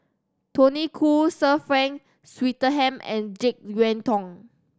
Tony Khoo Sir Frank Swettenham and Jek Yeun Thong